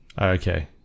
Okay